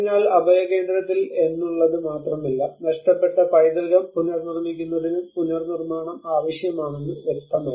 അതിനാൽ അഭയകേന്ദ്രത്തിൽ എന്നുള്ളത് മാത്രമല്ല നഷ്ടപ്പെട്ട പൈതൃകം പുനർനിർമ്മിക്കുന്നതിനും പുനർനിർമ്മാണം ആവശ്യമാണെന്ന് വ്യക്തമായി